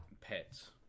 pets